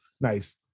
Nice